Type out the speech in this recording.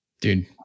Dude